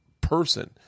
person